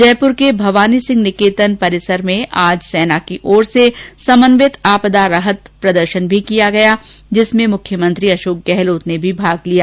जयपुर के भवानी सिंह निकेतन परिसर में आज सेना की ओर से समन्वित आपदा राहत का प्रदर्शन भी किया गया जिसमें मुख्यमंत्री अशोक गहलोत ने भी भाग लिया